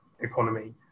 economy